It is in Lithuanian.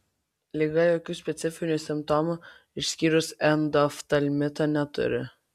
liga jokių specifinių simptomų išskyrus endoftalmitą neturi